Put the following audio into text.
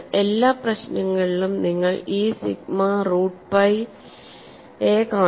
എല്ലാ പ്രശ്നങ്ങളിലും നിങ്ങൾ ഈ സിഗ്മ റൂട്ട് പൈ a കാണും